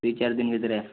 ଦି ଚାରି ଦିନ୍ ଭିତ୍ରେ